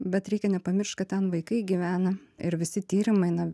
bet reikia nepamiršt kad ten vaikai gyvena ir visi tyrimai na